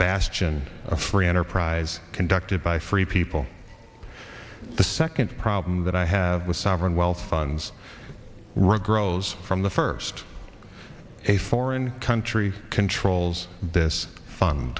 bastion of free enterprise conducted by free people the second problem that i have with sovereign wealth funds regrows from the first a foreign country controls this fun